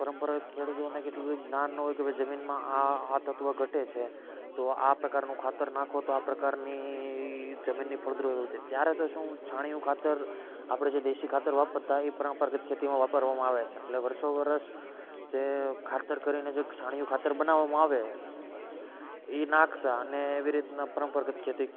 પરંપરા ખેડૂતોને કેટલું બધું જ્ઞાન ના હોય તો જમીનમાં આ તત્વ ઘટે છે તો આ પ્રકારનું ખાતર નાખો તો આ પ્રકારની જમીનની ફળદ્રુપતા વધે ત્યારે તો શું છાણીયું ખાતર આપણે જે દેશી ખાતર વાપરતા એ પરંપરાગત ખેતીમાં વાપરવામાં આવે છે એટલે વર્ષોવર્ષ જે ખાતર કરીને જે છાણીયું ખાતર બનાવામાં આવે એ નાખતા અને એવી રીતેના પરંપરાગત ખેતી